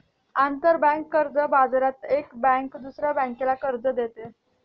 आंतरबँक कर्ज बाजारात एक बँक दुसऱ्या बँकेला कर्ज देते